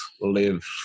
live